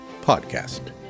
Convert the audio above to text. podcast